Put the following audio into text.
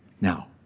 now